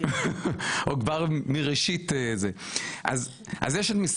כמו שאמרתי, היו וועדות, שישינסקי